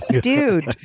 dude